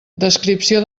descripció